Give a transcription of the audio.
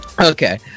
Okay